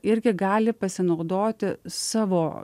irgi gali pasinaudoti savo